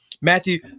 Matthew